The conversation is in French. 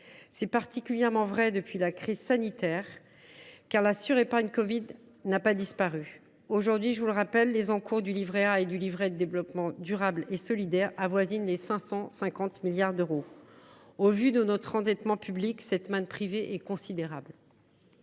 est encore plus vrai depuis la crise sanitaire, la « surépargne covid » n’ayant pas disparu. Aujourd’hui, je le rappelle, les encours du livret A et du livret de développement durable et solidaire avoisinent les 550 milliards d’euros. Au vu de notre endettement public, cette manne privée est considérable.